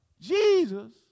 Jesus